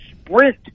sprint